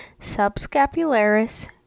subscapularis